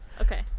okay